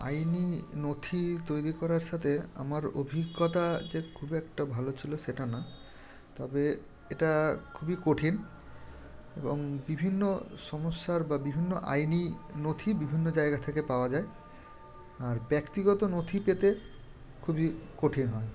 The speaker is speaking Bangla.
আইনি নথি তৈরি করার সাথে আমার অভিজ্ঞতা যে খুব একটা ভালো ছিল সেটা না তবে এটা খুবই কঠিন এবং বিভিন্ন সমস্যার বা বিভিন্ন আইনি নথি বিভিন্ন জায়গা থেকে পাওয়া যায় আর ব্যক্তিগত নথি পেতে খুবই কঠিন হয়